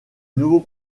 nouveau